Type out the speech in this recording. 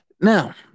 now